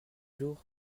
jours